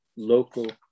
Local